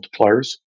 multipliers